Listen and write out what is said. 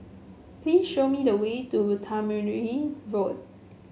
please show me the way to Tamarind Road